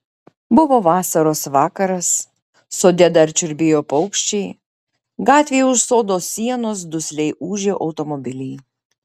buvo vasaros vakaras sode dar čiulbėjo paukščiai gatvėje už sodo sienos dusliai ūžė automobiliai